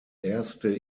erste